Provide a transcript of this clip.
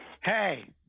Hey